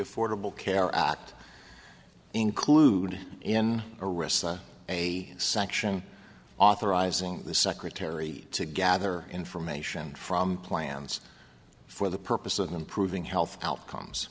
affordable care act included in a recess a section authorizing the secretary to gather information from plans for the purpose of improving health outcomes